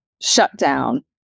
shutdown